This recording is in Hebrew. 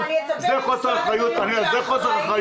זה חוסר אחריות.